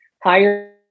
higher